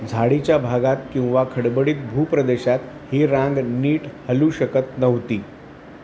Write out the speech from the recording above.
झाडीच्या भागात किंवा खडबडीत भूप्रदेशात ही रांग नीट हलू शकत नव्हती